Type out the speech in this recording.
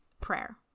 prayer